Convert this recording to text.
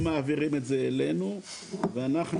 הם מעבירים את זה אלינו ואנחנו,